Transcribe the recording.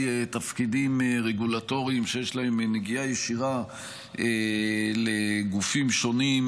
תפקידים רגולטוריים שיש להם נגיעה ישירה לגופים שונים,